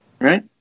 right